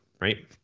right